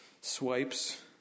swipes